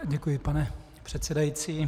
Děkuji, pane předsedající.